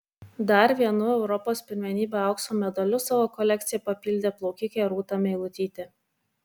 dar vienu europos pirmenybių aukso medaliu savo kolekciją papildė plaukikė rūta meilutytė